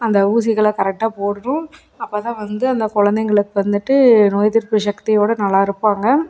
அந்த ஊசிகளை கரெக்டாக போடணும் அப்போ தான் வந்து அந்த குழந்தைங்களுக்கு வந்துட்டு நோய் எதிர்ப்பு சக்தியோட நல்லா இருப்பாங்க